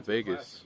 Vegas